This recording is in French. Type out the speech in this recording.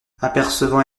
apercevant